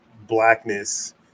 blackness